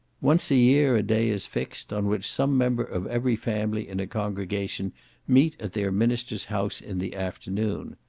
once a year a day is fixed, on which some member of every family in a congregation meet at their minister's house in the afternoon.